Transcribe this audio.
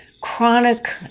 chronic